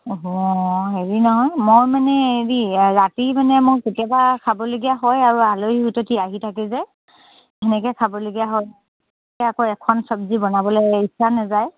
অঁ হেৰি নহয় মই মানে হেৰি ৰাতি মানে মোৰ কেতিয়াবা খাবলগীয়া হয় আৰু আলহী অতিথি আহি থাকে যে সেনেকে খাবলগীয়া হয় আকৌ এখন চব্জি বনাবলে ইচ্ছা নাযায়